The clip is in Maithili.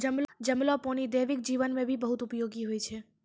जमलो पानी दैनिक जीवन मे भी बहुत उपयोगि होय छै